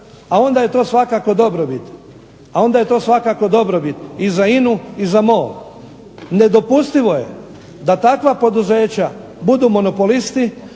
onda je to svakako dobrobit i za INA-u i za MOL. Nedopustivo je da takva poduzeća budu monopolisti